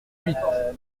huit